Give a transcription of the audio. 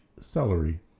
celery